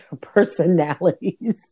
personalities